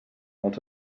els